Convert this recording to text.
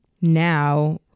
now